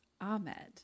ahmed